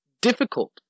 difficult